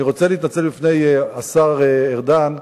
אני רוצה להתנצל בפני השר ארדן.